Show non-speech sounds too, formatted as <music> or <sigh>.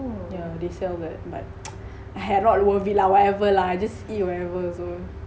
yeah they sell that but <noise> whatever lah I just eat whatever also